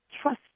trust